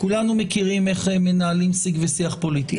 כולנו מכירים איך מנהלים שיג ושיח פוליטי.